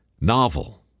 novel